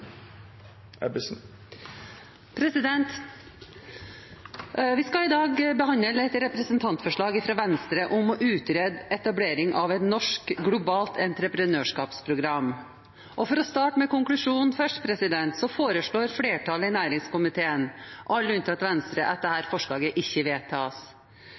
som vedteke. Vi skal i dag behandle et representantforslag fra Venstre om å utrede etablering av et norsk globalt entreprenørskapsprogram. For å starte med konklusjonen: Flertallet i næringskomiteen, alle unntatt Venstre, foreslår at dette forslaget ikke vedtas.